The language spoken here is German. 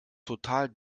total